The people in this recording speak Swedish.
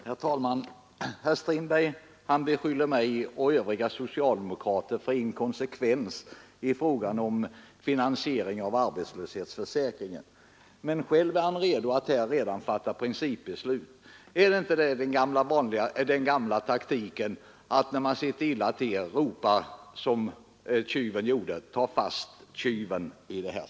Herr talman! Herr Strindberg beskyller mig och övriga socialdemokrater för inkonsekvens i fråga om finansieringen av arbetslöshetsförsäkringen men är själv redo att fatta principbeslut. Är det här inte fråga om den gamla vanliga taktiken att liksom tjuven ropa: ”Ta fast tjuven! ”?